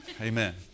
Amen